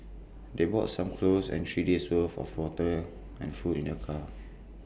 they brought some clothes and three days' worth of water and food in their car